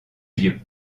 vieux